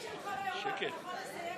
אתה יכול לסיים, נכון?